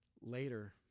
Later